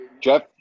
Jeff